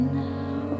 now